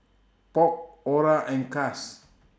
Polk Orah and Cas